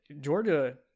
georgia